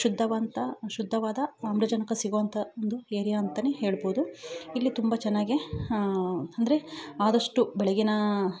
ಶುದ್ಧವಾಂತ ಶುದ್ಧವಾದ ಆಮ್ಲಜನಕ ಸಿಗುವಂಥ ಒಂದು ಏರಿಯಾ ಅಂತೆಯೇ ಹೇಳಬೌದು ಇಲ್ಲಿ ತುಂಬ ಚೆನ್ನಾಗಿ ಅಂದರೆ ಆದಷ್ಟು ಬೆಳಿಗ್ಗಿನ